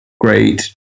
great